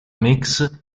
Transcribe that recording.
mix